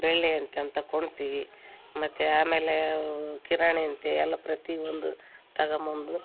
ಬೆಳ್ಳಿಯಂತೆ ಅಂತ ಕೊಳ್ತೀವಿ ಮತ್ತು ಆಮೇಲೆ ಕಿರಾಣಿ ಅಂತೆ ಎಲ್ಲ ಪ್ರತಿ ಒಂದು ತಗೊಂಬಂದು